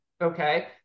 okay